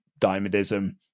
diamondism